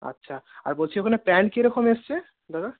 আচ্ছা আর বলছি ওখানে প্যান্ট কিরকম এসেছে দাদা